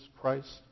Christ